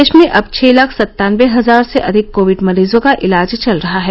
देश में अब छह लाख सत्तानबे हजार से अधिक कोविड मरीजों का इलाज चल रहा है